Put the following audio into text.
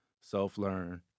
self-learn